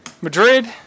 Madrid